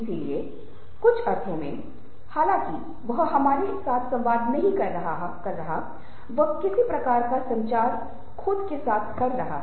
इसलिए कुछ अर्थों में हालांकि वह हमारे साथ संवाद नहीं कर रहा है वह किसी प्रकार का संचार खुद के साथ कर रहा है